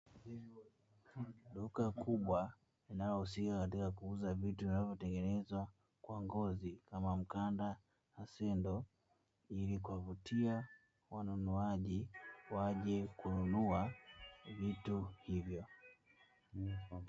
Duka kubwa linalohusika na utengenezaji wa vitu vinavyotokana na ngozi kama mkanda na sendo ili kuwavutia wanunuaji waje kununua vitu hivyo.